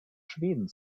schweden